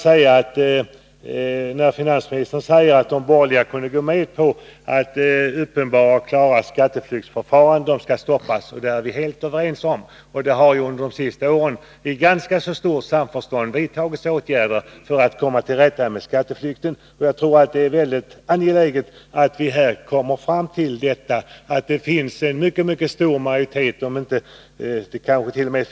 När finansministern säger att de borgerliga kunde gå med på att uppenbara och klara skatteflyktsförfaranden skall stoppas är vi helt överens. Det har under de senaste åren i ganska stort samförstånd vidtagits åtgärder för att komma till rätta med skatteflykt. Det finns en mycket stor majoritet för — kanske tt.o.m.